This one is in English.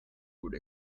could